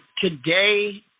today